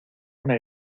una